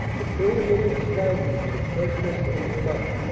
the pyramidal slag-heaps of cuesmes and jemappes.